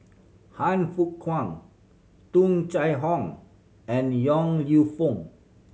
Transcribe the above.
Han Fook Kwang Tung Chye Hong and Yong Lew Foong